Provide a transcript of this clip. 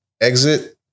exit